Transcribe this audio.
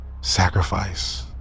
sacrifice